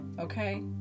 okay